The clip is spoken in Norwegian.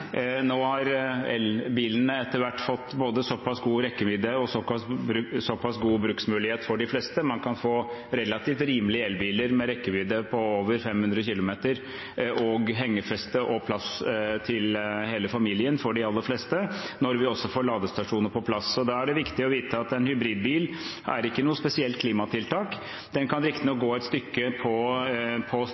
har etter hvert fått både såpass god rekkevidde og såpass god bruksmulighet – man kan få relativt rimelige elbiler med rekkevidde på over 500 km, hengerfeste og plass til hele familien for de aller fleste – at når vi også får ladestasjoner på plass, er det for de aller fleste. Da er det viktig å vite at en hybridbil ikke er noe spesielt klimatiltak. Den kan riktignok gå et stykke på